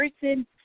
person